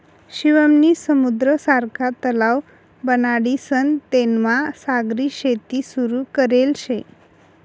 शिवम नी समुद्र सारखा तलाव बनाडीसन तेनामा सागरी शेती सुरू करेल शे